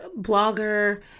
blogger